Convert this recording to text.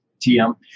TM